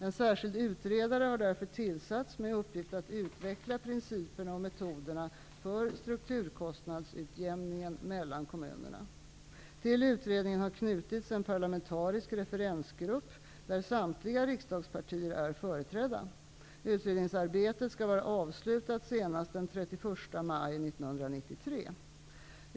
En särskild utredare har därför tillsatts med uppgift att utveckla principerna och metoderna för strukturkostnadsutjämningen mellan kommunerna. Till utredningen har knutits en parlamentarisk referensgrupp, där samtliga riksdagspartier är företrädda. Utredningsarbetet skall vara avslutat senast den 31 maj 1993.